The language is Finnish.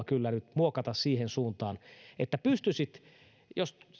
kyllä nyt muokata siihen suuntaan että jos